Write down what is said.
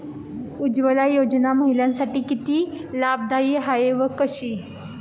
उज्ज्वला योजना महिलांसाठी किती लाभदायी आहे व कशी?